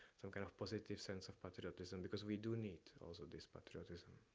some kind of positive sense of patriotism, because we do need also this patriotism,